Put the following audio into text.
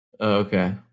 Okay